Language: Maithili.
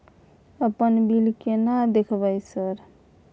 अपन बिल केना देखबय सर?